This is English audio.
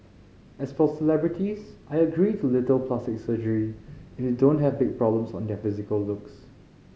as for celebrities I agree to little plastic surgery if they don't have big problems on their physical looks